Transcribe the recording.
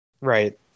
Right